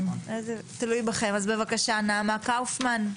בבקשה, נעמה קאופמן.